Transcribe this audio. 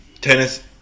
Tennis